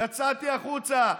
יצאתי החוצה,